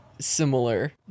similar